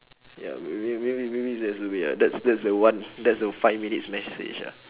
ya maybe maybe maybe that's the way ah that's that's the one that's the five minutes message ah